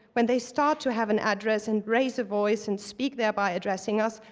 when they start to have an address and raise a voice and speak thereby addressing us,